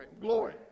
glory